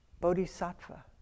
bodhisattva